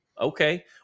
okay